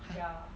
ya